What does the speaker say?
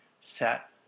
set